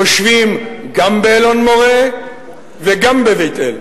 יושבים גם באלון-מורה וגם בבית-אל,